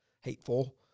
hateful